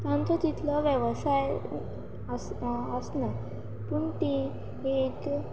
तांचो तितलो वेवसाय आसना पूण तीं एक